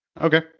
Okay